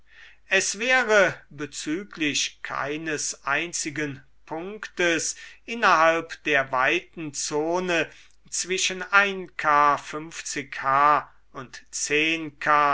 es wäre bezüglich keines einzigen punktes innerhalb der weiten zone zwischen k h und